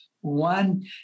one